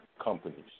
companies